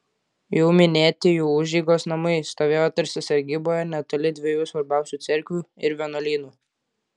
jau minėti jų užeigos namai stovėjo tarsi sargyboje netoli dviejų svarbiausių cerkvių ir vienuolynų